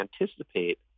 anticipate